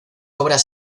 obras